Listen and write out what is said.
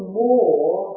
more